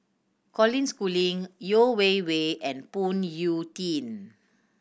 Colin Schooling Yeo Wei Wei and Phoon Yew Tien